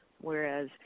whereas